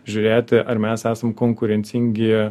žiūrėti ar mes esam konkurencingi